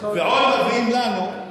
יש לך עוד דקה.